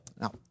Now